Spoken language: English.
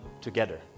together